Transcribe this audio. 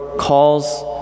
calls